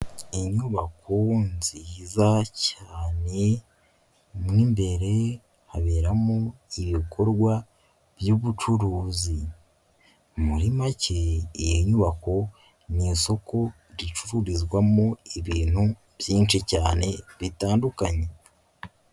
Inyubako nziza cyane, mo imbere haberamo ibikorwa by'ubucuruzi. Muri make, iyi nyubako ni isoko ricururizwamo ibintu byinshi cyane bitandukanye.